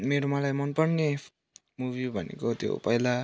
मेरो मलाई मनपर्ने मुभी भनेको त्यो पहिला